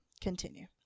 Continue